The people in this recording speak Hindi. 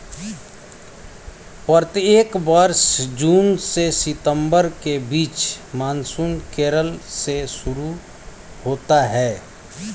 प्रत्येक वर्ष जून से सितंबर के बीच मानसून केरल से शुरू होता है